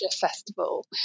Festival